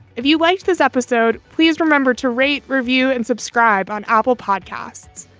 if you watch this episode, please remember to rate review and subscribe on apple podcasts.